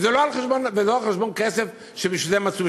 וזה לא על חשבון כסף שבשביל זה הם עשו,